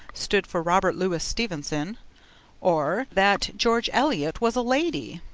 stood for robert louis stevenson or that george eliot was a lady.